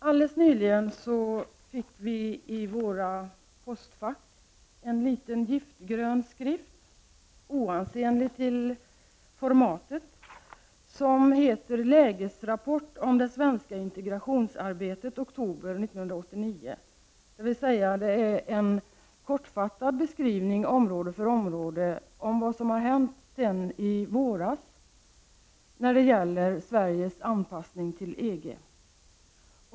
Alldeles nyligen fick vi i våra postfack en liten giftgrön skrift, oansenlig till formatet, som heter Lägesrapport om det svenska integrationsarbetet, oktober 1989. Det är en kortfattad beskrivning område för område av vad som har hänt sedan i våras när det gäller vårt lands anpassning till EG.